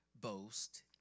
Boast